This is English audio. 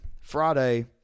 Friday